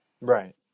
right